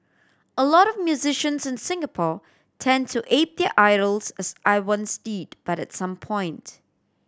a lot of musicians in Singapore tend to ape their idols as I once did but at some point